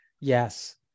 yes